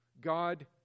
God